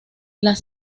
las